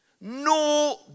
no